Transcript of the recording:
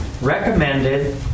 recommended